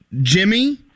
Jimmy